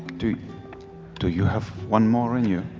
do do you have one more in you?